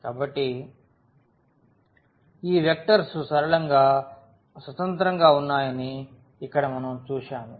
కాబట్టి ఈ వెక్టర్స్ సరళంగా స్వతంత్రంగా ఉన్నాయని ఇక్కడ మనం చూశాము